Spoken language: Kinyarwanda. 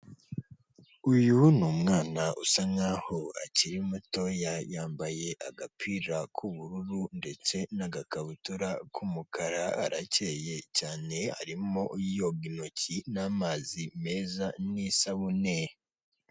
Uyu ni umwana usa nkaho akiri muto yambaye agapira k'ubururu ndetse n'agakabutura k'umukara arakeye cyane arimo yoga intoki n'amazi meza n'isabune.